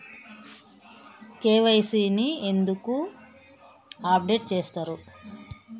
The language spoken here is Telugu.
కే.వై.సీ ని ఎందుకు అప్డేట్ చేత్తరు?